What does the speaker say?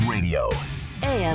Radio